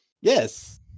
Yes